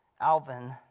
Alvin